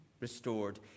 restored